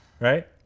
Right